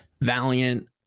Valiant